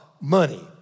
money